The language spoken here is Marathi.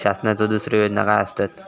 शासनाचो दुसरे योजना काय आसतत?